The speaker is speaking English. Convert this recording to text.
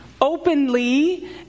openly